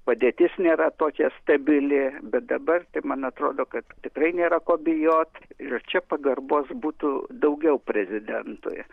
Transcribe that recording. padėtis nėra tokia stabili bet dabar tai man atrodo kad tikrai nėra ko bijot ir čia pagarbos būtų daugiau prezidentui